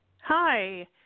Hi